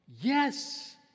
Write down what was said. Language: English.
Yes